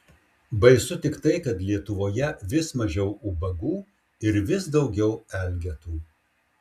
baisu tik tai kad lietuvoje vis mažiau ubagų ir vis daugiau elgetų